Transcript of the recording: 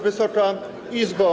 Wysoka Izbo!